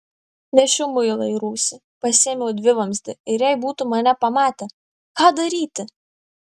nešiau muilą į rūsį pasiėmiau dvivamzdį ir jei būtų mane pamatę ką daryti